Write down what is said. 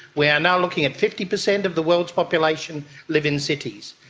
we are now looking at fifty percent of the world's population live in cities.